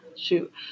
shoot